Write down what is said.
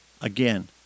Again